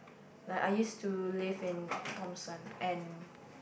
like I used to live in Thomson and